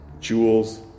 jewels